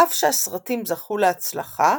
אף שהסרטים זכו להצלחה,